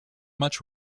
much